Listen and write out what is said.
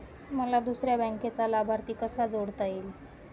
मला दुसऱ्या बँकेचा लाभार्थी कसा जोडता येईल?